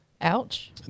ouch